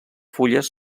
fulles